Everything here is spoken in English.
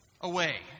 Away